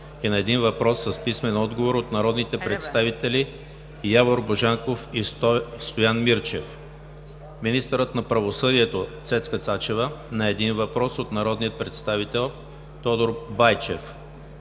и на един въпрос с писмен отговор от народните представители Явор Божанков и Стоян Мирчев; - министърът на правосъдието Цецка Цачева – на един въпрос от народния представител Тодор Байчев;